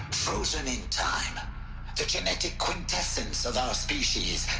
frozen in time the genetic quintessence of our species.